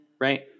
right